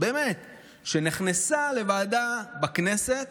שנכנסה לוועדה בכנסת